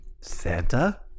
Santa